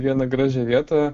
vieną gražią vietą